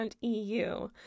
EU